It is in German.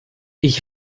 ich